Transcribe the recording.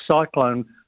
Cyclone